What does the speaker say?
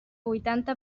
huitanta